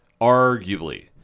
Arguably